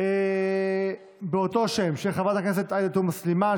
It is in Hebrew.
אין מתנגדים, אין נמנעים.